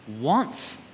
wants